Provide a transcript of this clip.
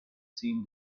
seemed